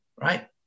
right